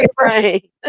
Right